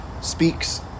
speaks